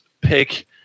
pick